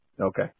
Okay